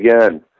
again